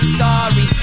sorry